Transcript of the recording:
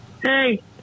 Hey